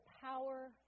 power